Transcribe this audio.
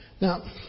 Now